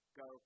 go